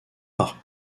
par